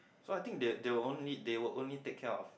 so I think they they will only they will only take care of